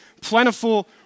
plentiful